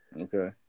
Okay